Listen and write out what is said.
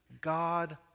God